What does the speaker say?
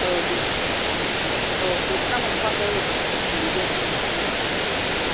औ दे औ पेन्स'न आ मोनथ'वाखै मोनगोन दे